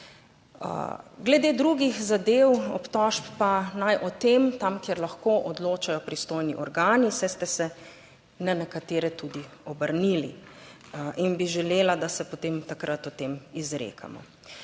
Glede drugih zadev, obtožb, pa naj o tem tam, kjer lahko, odločajo pristojni organi, saj ste se na nekatere tudi obrnili in bi želela, da se potem takrat o tem izrekamo.